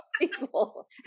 people